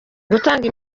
gutanga